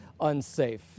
unsafe